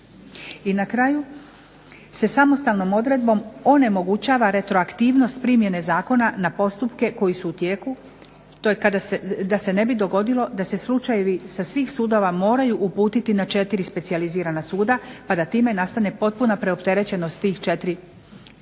I na kraju se samostalnom odredbom onemogućava retroaktivnost primjene zakona na postupke koji su u tijeku, da se ne bi dogodilo da se slučajevi sa svih sudova moraju uputiti na 4 specijalizirana suda, pa da time nastane potpuna preopterećenost tih 4